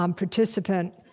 um participant,